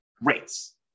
rates